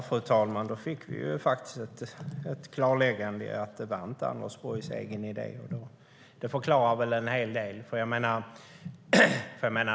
Fru talman! Då fick vi faktiskt ett klarläggande om att detta inte var Anders Borgs egen idé. Det förklarar en hel del.